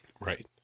Right